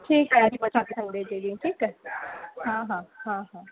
ठीकु आहे अची वठां थी संडे जे ॾींहुं ठीकु आहे हा हा हा हा